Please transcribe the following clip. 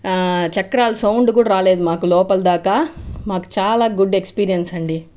చక్రాలు సౌండ్ కూడా రాలేదు మాకు లోపల దాకా మాకు చాలా గుడ్ ఎక్స్పీరియన్స్ అండి